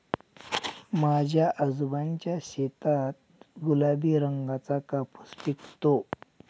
माझ्या आजोबांच्या शेतात गुलाबी रंगाचा कापूस पिकतो